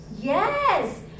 Yes